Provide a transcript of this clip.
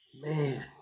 Man